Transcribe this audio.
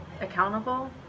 accountable